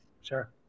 Sure